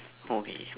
for me